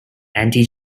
anti